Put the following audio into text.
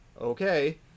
Okay